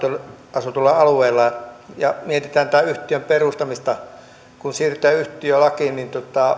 asutuilla alueilla ja mietitään tämän yhtiön perustamista kun siirrytään yhtiölakiin niin